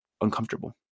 uncomfortable